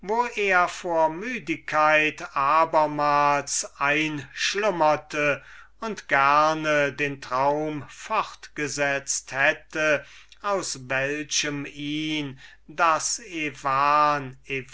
er vor müdigkeit abermals einschlummerte und den traum gerne fortgesetzt hätte aus welchem ihn das